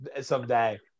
someday